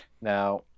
Now